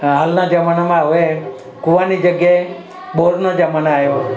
હાલના જમાનામાં હવે કૂવાની જગ્યાએ બોરનો જમાનો આવ્યો